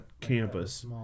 campus